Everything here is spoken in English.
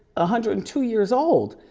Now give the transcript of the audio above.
ah hundred and two years old.